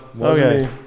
okay